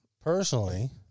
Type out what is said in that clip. personally